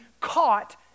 caught